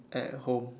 at home